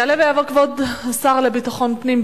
יעלה ויבוא כבוד השר לביטחון פנים.